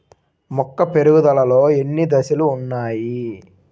మొక్క పెరుగుదలలో ఎన్ని దశలు వున్నాయి?